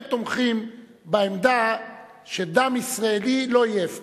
הם תומכים בעמדה שדם ישראלי לא יהיה הפקר.